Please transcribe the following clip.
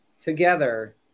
together